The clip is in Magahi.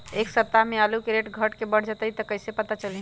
एक सप्ताह मे आलू के रेट घट ये बढ़ जतई त कईसे पता चली?